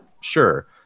Sure